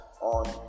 on